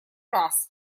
раз